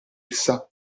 essa